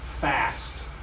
fast